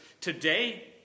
today